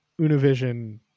Univision